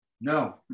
No